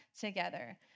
together